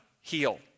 heal